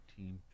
1950